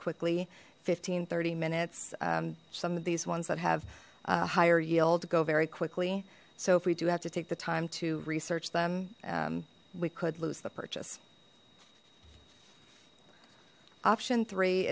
quickly fifteen thirty minutes some of these ones that have a higher yield to go very quickly so if we do have to take the time to research them we could lose the purchase option three